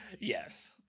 yes